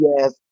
Yes